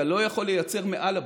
אתה לא יכול לייצר מעל הביקוש.